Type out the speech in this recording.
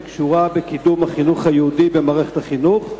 שקשורה לקידום החינוך היהודי במערכת החינוך,